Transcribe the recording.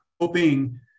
hoping